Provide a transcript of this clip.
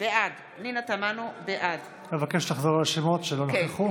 בעד אבקש לחזור על השמות של אלה שלא נכחו.